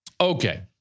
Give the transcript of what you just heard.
Okay